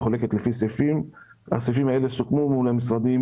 מחולקת לפי סעיפים והסעיפים האלה סוכמו מול המשרדים